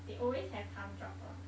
they always have tough job lah